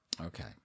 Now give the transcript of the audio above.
Okay